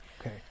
okay